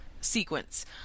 sequence